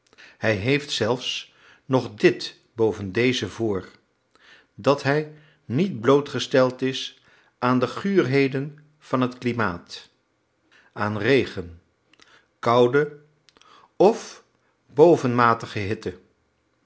hij heeft zelfs nog dit boven dezen voor dat hij niet blootgesteld is aan de guurheden van het klimaat aan regen koude of bovenmatige hitte